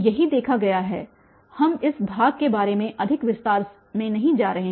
यही देखा गया है हम इस भाग के बारे में अधिक विस्तार मे नहीं जा रहे हैं